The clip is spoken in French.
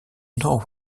nord